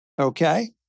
Okay